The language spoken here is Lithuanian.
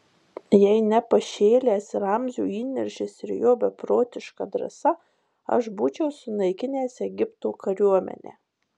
jei ne pašėlęs ramzio įniršis ir jo beprotiška drąsa aš būčiau sunaikinęs egipto kariuomenę